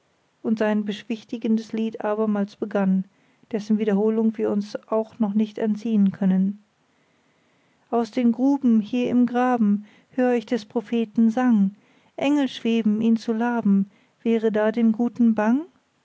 und sein beschwichtigendes lied abermals begann dessen wiederholung wir uns auch nicht entziehen können aus den gruben hier im graben hör ich des propheten sang engel schweben ihn zu laben wäre da dem guten bang